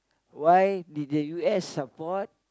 why did the U_S support